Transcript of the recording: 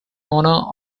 honour